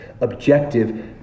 Objective